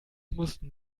mussten